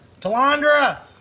Talandra